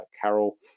Carol